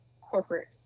corporate